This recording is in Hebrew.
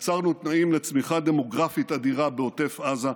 יצרנו תנאים לצמיחה דמוגרפית אדירה בעוטף עזה,